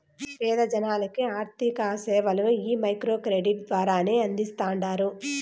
పేద జనాలకి ఆర్థిక సేవలు ఈ మైక్రో క్రెడిట్ ద్వారానే అందిస్తాండారు